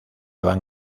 van